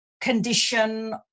condition